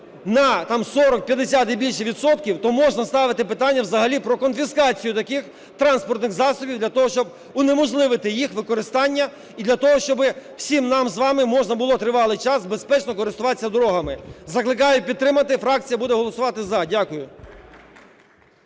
там 40, 50 і більше відсотків, то можна ставити питання взагалі про конфіскацію таких транспортних засобів для того, щоб унеможливити їх використання, і для того, щоб всім нам з вами можна було тривалий час безпечно користуватися дорогами. Закликаю підтримати, фракція буде голосувати "за". Дякую.